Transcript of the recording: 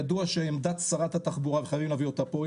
ידוע שעמדת שרת התחבורה וחייבים להביא אותה לפה,